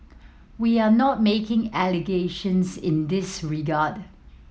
we are not making allegations in this regard